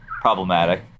problematic